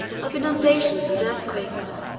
of inundations and earthquakes.